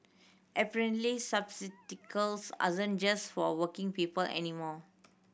apparently just for working people anymore